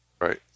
Right